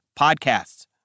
podcasts